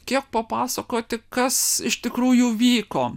kiek papasakoti kas iš tikrųjų vyko